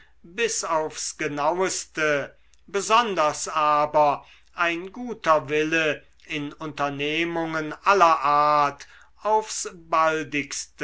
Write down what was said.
bis aufs genaueste besonders aber ein guter wille in unternehmungen aller art aufs